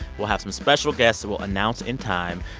we'll have some special guests we'll announce in time.